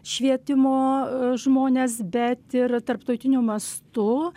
švietimo žmones bet ir tarptautiniu mastu